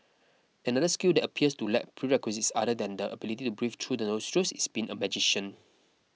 another skill that appears to lack prerequisites other than the ability to breathe through the nostrils is being a magician